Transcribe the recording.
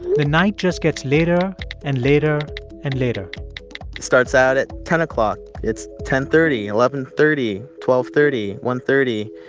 the night just gets later and later and later it starts out at ten o'clock. o'clock. it's ten thirty, eleven thirty, twelve thirty, one thirty.